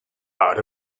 out